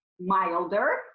milder